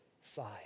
side